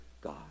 God